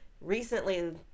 recently